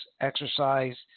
exercise